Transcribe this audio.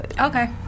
Okay